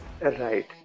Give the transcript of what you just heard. Right